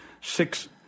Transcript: six